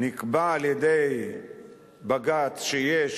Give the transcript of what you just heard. נקבע על-ידי בג"ץ שיש